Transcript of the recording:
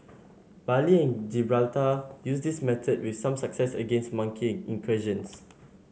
Bali Gibraltar used this method with some success against monkey incursions